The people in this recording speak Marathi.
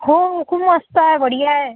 हो खूप मस्त आहे बढियाँ आहे